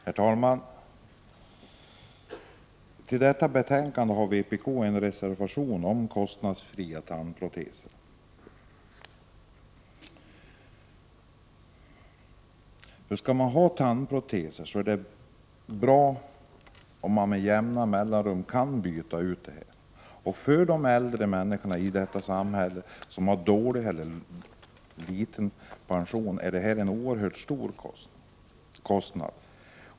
Herr talman! Till detta betänkande har vpk avgivit en reservation om kostnadsfria tandproteser. Om man måste ha tandprotes är det bra om man med jämna mellanrum kan byta ut denna. För de äldre människorna i samhället som har en liten pension är detta en oerhört stor kostnad.